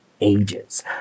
ages